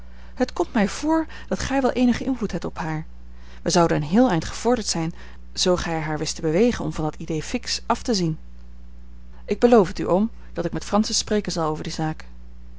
het komt mij voor dat gij wel eenigen invloed hebt op haar wij zouden een heel eind gevorderd zijn zoo gij haar wist te bewegen om van dat idée fixe af te zien ik beloof het u oom dat ik met francis spreken zal over die zaak